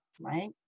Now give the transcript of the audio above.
right